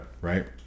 right